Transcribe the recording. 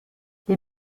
les